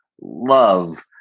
love